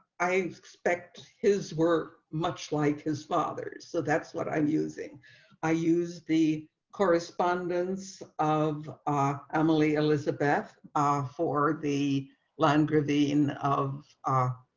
i expect his work, much like his father's so that's what i'm using i use the correspondence of ah emily elizabeth for the line groovy in of ah